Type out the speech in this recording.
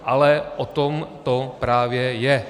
Ale o tom to právě je.